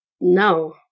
No